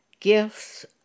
Gifts